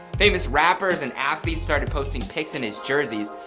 famous rappers and athletes started posting pics in his jerseys,